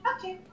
Okay